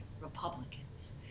Republicans